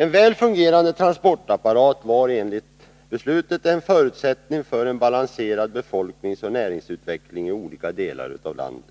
En väl fungerande transportapparat var enligt beslutet en förutsättning för en balanserad befolkningsoch näringslivsutveckling i olika delar av landet.